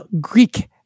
Greek